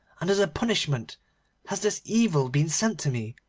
and as a punishment has this evil been sent to me.